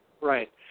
Right